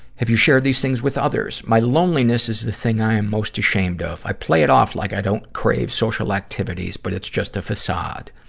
have you shared these things with others? my loneliness is the thing i am most ashamed of. i play if off like i don't crave social activities, but it's just a facade.